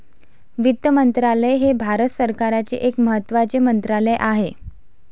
वित्त मंत्रालय हे भारत सरकारचे एक महत्त्वाचे मंत्रालय आहे